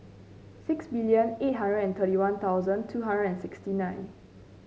six million eight hundred and thirty One Thousand two hundred and sixty nine